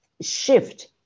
shift